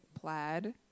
plaid